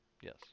Yes